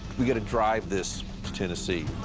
we gotta drive this to tennessee.